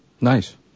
Nice